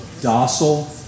Docile